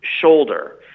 shoulder